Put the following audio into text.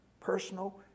personal